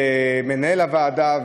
למנהל הוועדה,